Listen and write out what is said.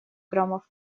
граммов